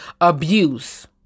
abuse